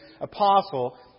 apostle